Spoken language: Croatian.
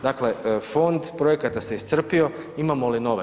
Dakle, fond projekata se iscrpio, imamo li nove.